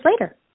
later